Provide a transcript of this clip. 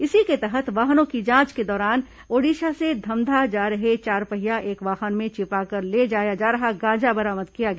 इसी के तहत वाहनों की जांच के दौरान ओडिशा से धमधा जा रहे चारपहिया एक वाहन में छिपाकर ले जाया जा रहा गांजा बरामद किया गया